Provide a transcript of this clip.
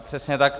Přesně tak.